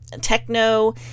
techno